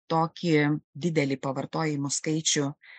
tokį didelį pavartojimų skaičių